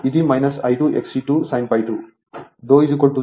ఇది I2 Xe 2 sin ∅2